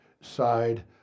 side